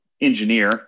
engineer